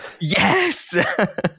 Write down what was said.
Yes